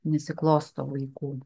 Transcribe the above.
nesiklosto vaikų